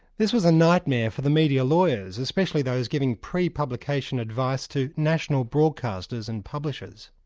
this was a nightmare for the media lawyers, especially those giving pre-publication advice to national broadcasters and publishers.